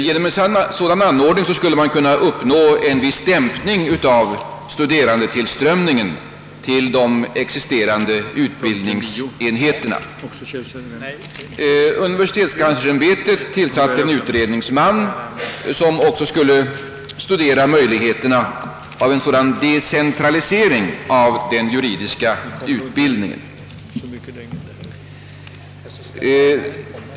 Genom en sådan anordning skulle en viss dämpning av studerandetillströmningen till de existerande utbildningsenheterna kunna uppnås. Ämbetet tillsatte en utredningsman, som också skulle studera möjligheterna för en sådan decentralisering av den juridiska utbildningen.